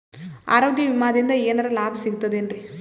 ಆರೋಗ್ಯ ವಿಮಾದಿಂದ ಏನರ್ ಲಾಭ ಸಿಗತದೇನ್ರಿ?